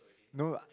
no lah